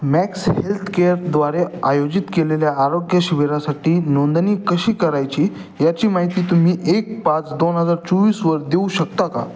max Healthcare द्वारे आयोजित केलेल्या आरोग्यशिबिरासाठी नोंदणी कशी करायची याची माहिती तुम्ही एक पाच दोन हजार चोवीसवर देऊ शकता का